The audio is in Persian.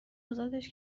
ازادش